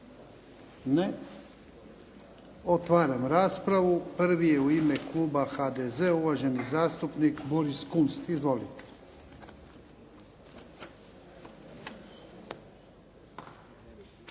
Ne. Otvaram raspravu. Prvi je u ime kluba HDZ-a uvaženi zastupnik Boris Kunst. Izvolite.